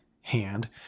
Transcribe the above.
hand